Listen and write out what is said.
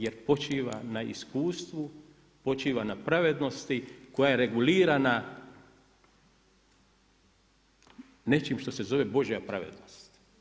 Jer počiva na iskustvu, počiva na pravednosti koja je regulirana nečim što se zove božja pravednost.